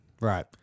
Right